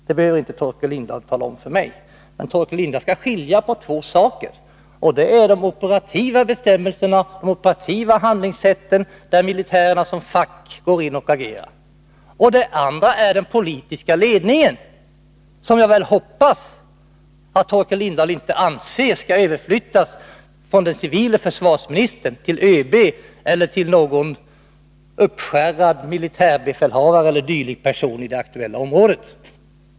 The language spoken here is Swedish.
Det behöver inte Torkel Lindahl tala om för mig, men han skall skilja mellan två saker, nämligen de operativa handlingssätten, där militärer som fackmän går in och agerar, och den politiska ledningen; jag hoppas att Torkel Lindahl inte anser att den skall överflyttas från den civile försvarsministern till ÖB eller något uppskärrat militärbefäl eller dylik person i det aktuella området.